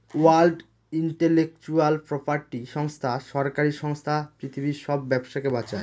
world intellectual property সংস্থা সরকারি সংস্থা পৃথিবীর সব ব্যবসাকে বাঁচায়